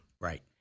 Right